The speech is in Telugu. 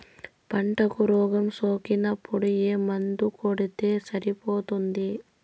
పంటకు రోగం సోకినపుడు ఏ మందు కొడితే సరిపోతుంది?